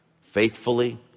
faithfully